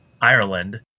ireland